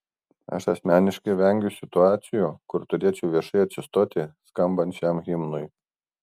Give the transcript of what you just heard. aš asmeniškai vengiu situacijų kur turėčiau viešai atsistoti skambant šiam himnui